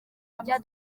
rya